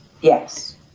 yes